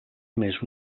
més